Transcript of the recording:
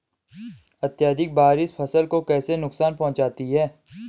अत्यधिक बारिश फसल को कैसे नुकसान पहुंचाती है?